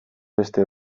beste